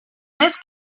més